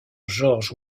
george